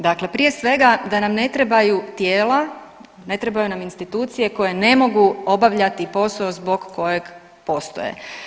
Dakle, prije svega da nam ne trebaju tijela, ne trebaju nam institucije koje ne mogu obavljati posao zbog kojeg postoje.